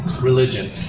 religion